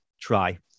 try